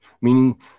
meaning